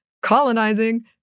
colonizing